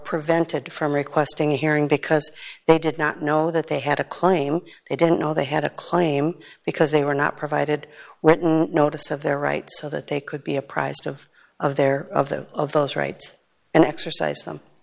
prevented from requesting a hearing because they did not know that they had a claim they didn't know they had a claim because they were not provided wetton notice of their rights so that they could be apprised of of their of the of those rights and exercise